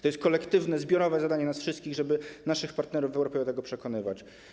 To jest kolektywne, zbiorowe zadanie nas wszystkich, żeby naszych partnerów w Europie do tego przekonywać.